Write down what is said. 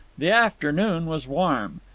the afternoon was warm.